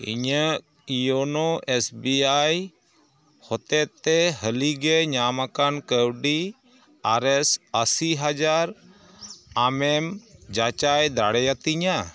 ᱤᱧᱟᱹᱜ YONO S B I ᱦᱚᱛᱮᱛᱮ ᱦᱟᱹᱞᱤᱜᱮ ᱧᱟᱢ ᱟᱠᱟᱱ ᱠᱟᱹᱣᱰᱤ ᱟᱨ ᱮᱥ ᱟᱥᱤ ᱦᱟᱡᱟᱨ ᱟᱢᱮᱢ ᱡᱟᱪᱟᱭ ᱫᱟᱲᱮᱭᱟᱛᱤᱧᱟᱹ